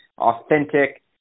authentic